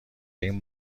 این